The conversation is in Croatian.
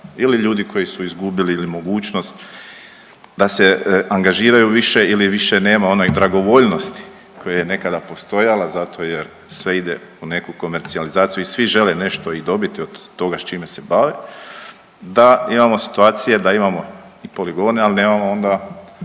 ili ljudi koji su izgubili ili mogućnost da se angažiraju više nema onaj dragovoljnosti koja je nekada postojala zato jer sve ide u neku komercijalizaciji i svi žele nešto i dobiti od toga s čime se bave da imamo situacije da imamo i poligone, ali nemamo onda